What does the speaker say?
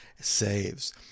saves